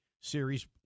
series